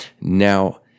Now